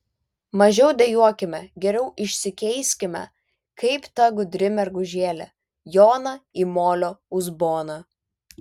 mažiau dejuokime geriau išsikeiskime kaip ta gudri mergužėlė joną į molio uzboną